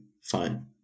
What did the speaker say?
fine